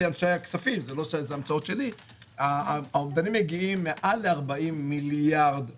אנשי הכספים האומדנים מגיעים מעל 40 מיליארד ₪.